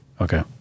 Okay